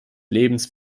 lebens